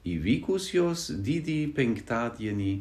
įvykus jos didįjį penktadienį